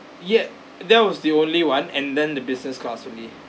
yet that was the only one and then the business class only